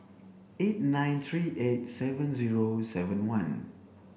eight nine three eight seven zero seven one